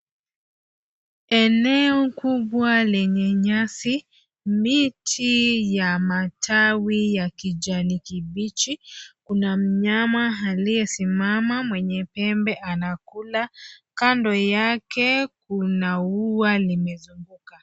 Eneo kubwa lenye nyasi, miti ya matawi ya kijani kibichi. Kuna mnyama aliyesimama mwenye pembe anakula, kando yake, kuna ua limezunguka.